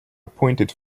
appointed